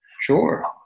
Sure